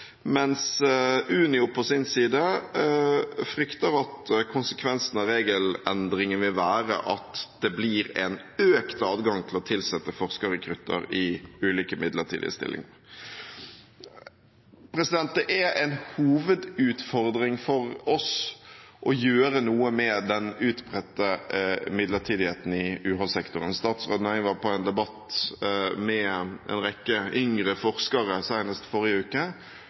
mens Unio på sin side frykter at konsekvensene av regelendringen vil være at det blir en økt adgang til å tilsette forskerrekrutter i ulike midlertidige stillinger. Det er en hovedutfordring for oss å gjøre noe med den utbredte midlertidigheten i UH-sektoren. Statsråden og jeg var på en debatt med en rekke yngre forskere senest i forrige uke,